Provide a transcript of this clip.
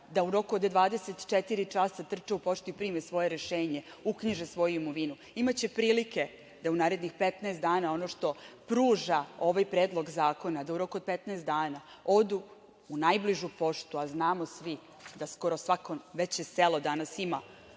da u roku od 24 časa trče u poštu i prime svoje rešenje, uknjiže svoju imovinu. Imaće prilike da u narednih 15 dana ono što pruža ovaj predlog zakona, da u roku od 15 dana odu u najbližu poštu, a znamo svi da skoro svako veće selo danas ima